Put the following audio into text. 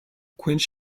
quench